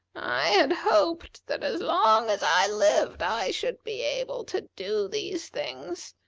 i had hoped that as long as i lived i should be able to do these things.